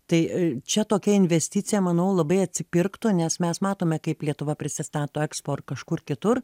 tai čia tokia investicija manau labai atsipirktų nes mes matome kaip lietuva prisistato ekspo ar kažkur kitur